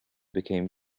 became